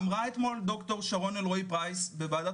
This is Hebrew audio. אמרה אתמול דוקטור שרון אלרעי פרייס בוועדת